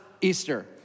Easter